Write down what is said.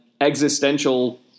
existential